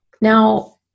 Now